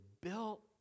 built